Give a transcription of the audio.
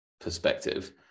perspective